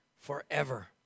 forever